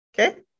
Okay